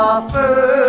Offer